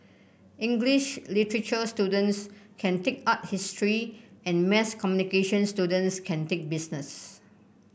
English literature students can take art history and mass communication students can take business